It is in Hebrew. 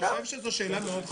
זו שאלה חשובה,